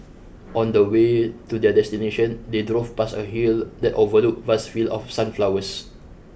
on the way to their destination they drove past a hill that overlooked vast field of sunflowers